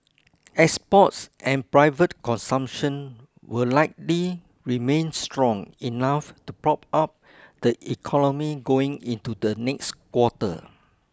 exports and private consumption will likely remain strong enough to prop up the economy going into the next quarter